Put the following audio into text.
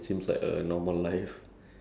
after a while it'll be boring